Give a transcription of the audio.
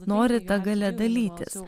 nori ta galia dalytis